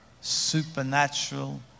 Supernatural